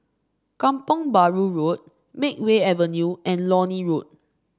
Kampong Bahru Road Makeway Avenue and Lornie Road